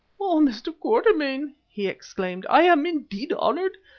oh! mr. quatermain, he exclaimed, i am indeed honoured,